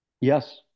Yes